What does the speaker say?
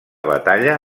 batalla